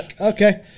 Okay